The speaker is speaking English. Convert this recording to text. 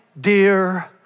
Dear